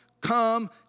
come